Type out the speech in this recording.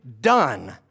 done